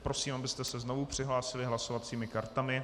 Prosím, abyste se znovu přihlásili hlasovacími kartami.